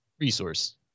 resource